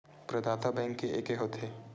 प्रदाता बैंक के एके होथे?